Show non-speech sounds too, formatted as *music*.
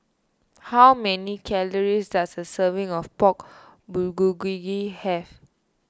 how many calories does a serving of Pork *unintelligible* have